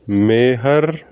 ਮਿਹਰ